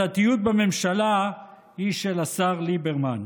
הדתיות בממשלה היא של השר ליברמן,